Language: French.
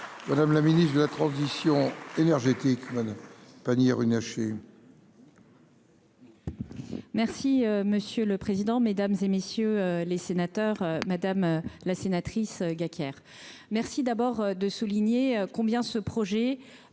madame la ministre de la transition énergétique Madame Pannier-Runacher. Merci monsieur le président, Mesdames et messieurs les sénateurs, madame la sénatrice Guéquières merci d'abord de souligner combien ce projet